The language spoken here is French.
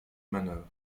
manœuvres